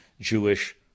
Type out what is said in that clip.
Jewish